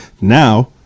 Now